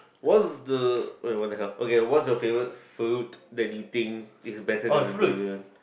what's the wait what the hell okay what's the favorite food that you think is better than